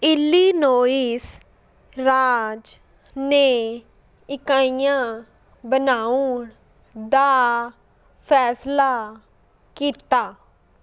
Illinois ਰਾਜ ਨੇ ਇਕਾਈਆਂ ਬਣਾਉਣ ਦਾ ਫੈਸਲਾ ਕੀਤਾ